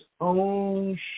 own